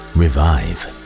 revive